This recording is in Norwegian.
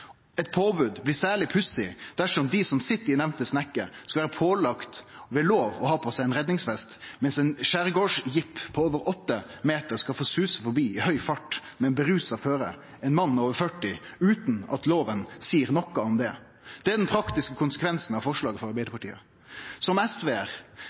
Eit påbod blir særleg pussig dersom dei som sit i nemnde snekke, skal vere pålagde ved lov å ha på seg ein redningsvest, mens ein skjergardsjeep på over åtte meter skal få suse forbi i høg fart med ein rusa førar, ein mann over 40, utan at loven seier noko om det. Det er den praktiske konsekvensen av forslaget frå Arbeidarpartiet. Som SV-ar er